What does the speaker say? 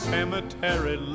Cemetery